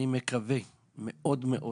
אני מקווה מאוד מאוד